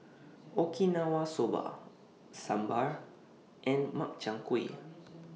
Okinawa Soba Sambar and Makchang Gui